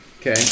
Okay